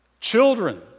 Children